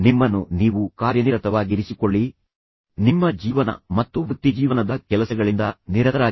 ನಿಮ್ಮನ್ನು ನೀವು ಕಾರ್ಯನಿರತವಾಗಿರಿಸಿಕೊಳ್ಳಿ ನಿಮ್ಮ ಜೀವನ ಮತ್ತು ವೃತ್ತಿಜೀವನದ ವಿವಿಧ ಅಂಶಗಳಲ್ಲಿ ಕೆಲಸಗಳಿಂದ ನಿರತರಾಗಿರಿ